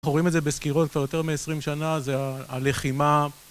אנחנו רואים את זה בסקירות יותר מ-20 שנה, זה הלחימה.